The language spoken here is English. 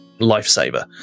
lifesaver